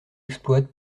exploite